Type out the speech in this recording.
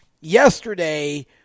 yesterday